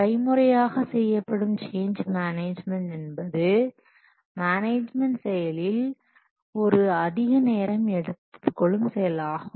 கைமுறையாக செய்யப்படும் change management என்பது மேனேஜ்மென்ட் செயலில் ஒரு அதிக நேரம் எடுக்கும் செயலாகும்